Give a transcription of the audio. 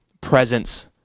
presence